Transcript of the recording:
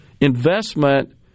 investment